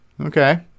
Okay